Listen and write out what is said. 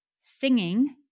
Singing